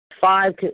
Five